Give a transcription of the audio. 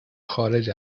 خارج